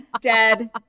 dead